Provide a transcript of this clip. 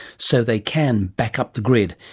so they can back-up the grid,